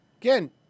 Again